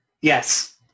Yes